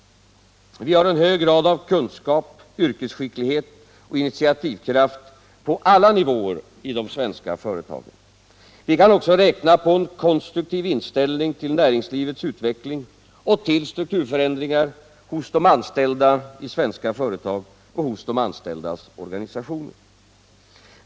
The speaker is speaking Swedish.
Vi har en hög grad av kunskap, yrkesskicklighet och initiativkraft på alla nivåer i de svenska företagen. Vi kan också räkna på en konstruktiv inställning till näringslivets utveckling och till strukturförändringar hos de anställda i svenska företag och hos de anställdas organisationer.